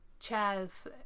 Chaz